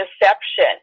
deception